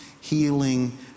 healing